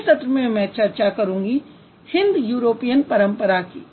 अगले सत्र में मैं चर्चा करूंगी हिन्द यूरोपियन परंपरा की